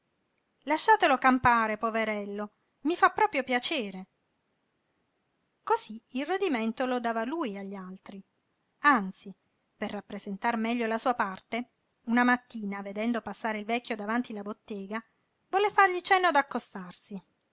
lasciatelo campare poverello mi fa proprio piacere cosí il rodimento lo dava lui agli altri anzi per rappresentar meglio la sua parte una mattina vedendo passare il vecchio davanti la bottega volle fargli cenno d'accostarsi